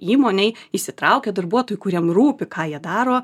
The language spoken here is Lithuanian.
įmonėj įsitraukę darbuotojai kuriem rūpi ką jie daro